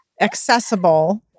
accessible